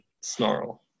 snarl